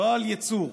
לא על יצוא.